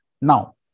Now